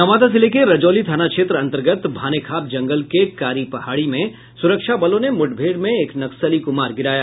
नवादा जिले के रजौली थाना क्षेत्र अंतर्गत भानेखाप जंगल के कारिपहाड़ी में सुरक्षा बलों ने मुठभेड़ में एक नक्सली को मार गिराया